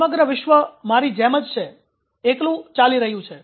સમગ્ર વિશ્વ મારી જેમ જ છે એકલું ચાલી રહ્યું છે